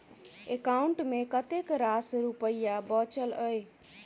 account मे कतेक रास रुपया बचल एई